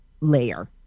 layer